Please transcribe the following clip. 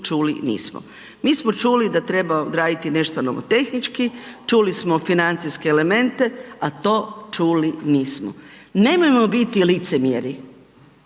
čuli nismo. Mi smo čuli da treba odraditi nešto nomotehnički, čuli smo financijske elemente, a to čuli nismo. Nemojmo biti licemjeri,